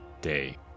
day